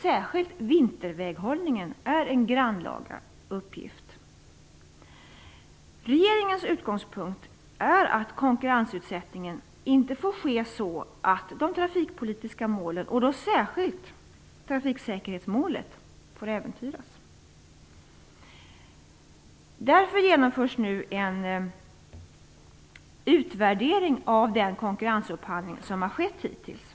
Särskilt vinterväghållningen är en grannlaga uppgift. Regeringens utgångspunkt är att konkurrensutsättningen inte får ske så att de trafikpolitiska målen, och då särskilt trafiksäkerhetsmålet, äventyras. Därför genomförs nu en utvärdering av den konkurrensupphandling som har skett hittills.